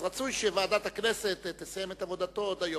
אז רצוי שוועדת הכנסת תסיים את עבודתה עוד היום.